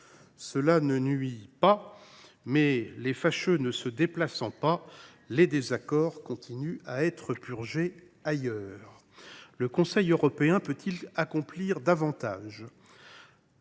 saurait nuire, mais, les fâcheux ne se déplaçant pas, les désaccords continuent d’être purgés ailleurs. Le Conseil européen peut il accomplir davantage ?